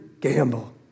gamble